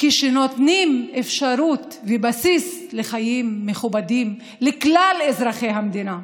כשנותנים אפשרות ובסיס לחיים מכובדים לכלל אזרחי המדינה.